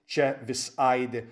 čia vis aidi